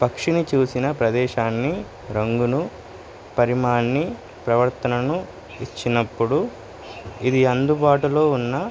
పక్షిని చూసిన ప్రదేశాన్ని రంగును పరిమాణాన్ని ప్రవర్తనను ఇచ్చినప్పుడు ఇది అందుబాటులో ఉన్న